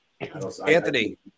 Anthony